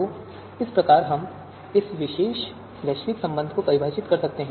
तो इस प्रकार हम इस विशेष वैश्विक संबंध को परिभाषित कर सकते हैं